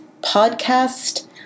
podcast